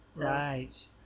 Right